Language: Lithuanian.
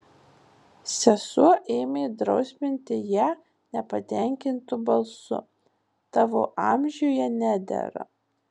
sesuo ėmė drausminti ją nepatenkintu balsu tavo amžiuje nedera